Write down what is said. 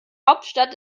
hauptstadt